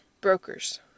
brokers